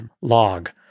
log